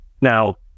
Now